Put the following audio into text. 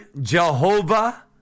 Jehovah